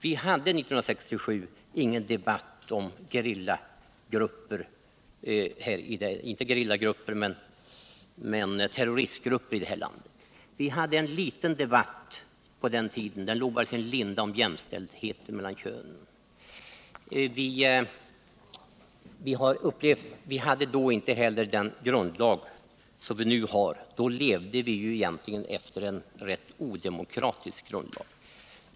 Vi hade år 1967 i det här landet ingen debatt om terroristgrupper, vi hade möjligen på den tiden en liten debatt om jämställdhet, då frågan om jämställdheten mellan könen låg i sin linda. Vi hade inte heller den grundlag som vi nu har — då levde vi egentligen efter en rätt odemokratisk grundlag.